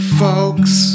folks